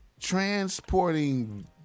transporting